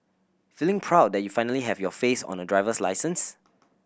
feeling proud that you finally have your face on a driver's license